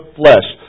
flesh